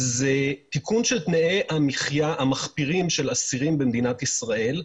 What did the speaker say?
תיקון של תנאי המחיה המחפירים של אסירים במדינת ישראל.